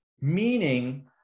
meaning